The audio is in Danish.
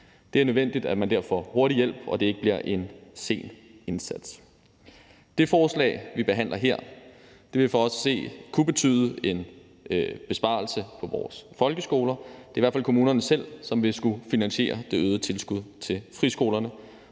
Det er nødvendigt, at man får hurtig hjælp, og at det ikke bliver en sen indsats. Det forslag, vi behandler her, vil for os at se kunne betyde en besparelse på vores folkeskoler. Det er i hvert fald kommunerne selv, som vil skulle finansiere det øgede tilskud til friskolerne,